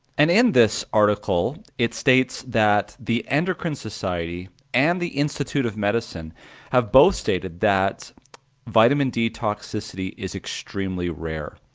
and in this article, it states that the endocrine society and the institute of medicine have both stated that vitamin d toxicity is extremely rare,